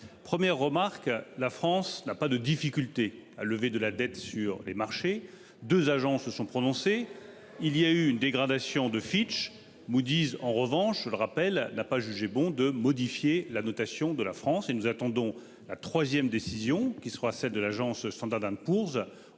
Première remarque. La France n'a pas de difficulté à lever de la dette sur les marchés. 2 agents se sont prononcés il y a eu une dégradation de Fitch Moodys en revanche, le rappel n'a pas jugé bon de modifier la notation de la France et nous attendons la 3ème décision qui soit celle de l'agence Standard dinde